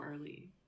early